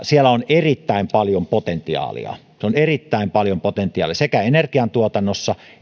siellä on erittäin paljon potentiaalia on erittäin paljon potentiaalia sekä energiantuotannossa